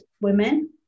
women